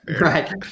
Right